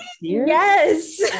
Yes